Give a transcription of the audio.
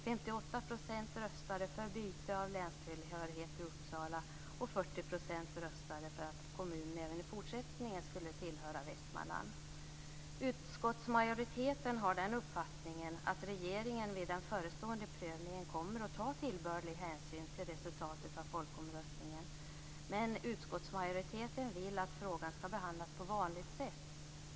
58 % röstade för byte av länstillhörighet till Uppsala, och 40 % Utskottsmajoriteten har den uppfattningen att regeringen vid den förestående prövningen kommer att ta tillbörlig hänsyn till resultatet av folkomröstningen, men utskottsmajoriteten vill att frågan skall behandlas på vanligt sätt.